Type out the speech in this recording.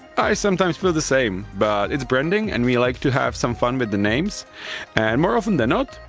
i sometimes feel the same. but it's branding and we like to have some fun with the names and more often than not,